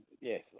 Yes